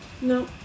No